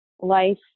life